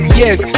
yes